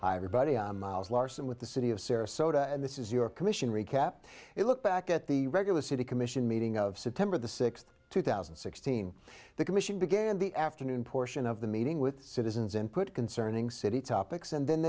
everybody on miles larsen with the city of sarasota and this is your commission recap it looked back at the regular city commission meeting of september the sixth two thousand and sixteen the commission began the afternoon portion of the meeting with citizens input concerning city topics and then